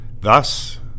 thus